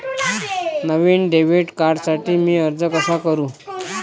नवीन debit कार्डसाठी मी अर्ज कसा करू?